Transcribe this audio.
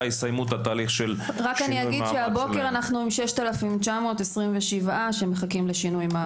יסיימו את התהליך- -- הבוקר אנחנו עם 6,927 שמחכים לשינוי מעמד.